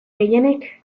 gehienek